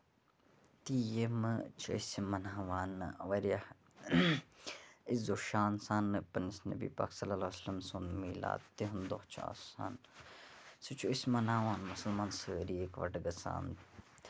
کہِ یِم چھِ اَسہِ مَناوان واریاہ عِزو شان سان پَنٕنِس نٔبی پاکؐ سُند مِلاد تِہُند دۄہ چھُ آسان سُہ چھِ أسۍ مَناوان مِسلمان سٲری اَکہٕ وَٹَہٕ گژھان